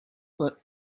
but